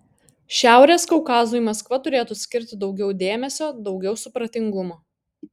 šiaurės kaukazui maskva turėtų skirti daugiau dėmesio daugiau supratingumo